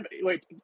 Wait